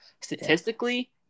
Statistically